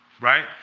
right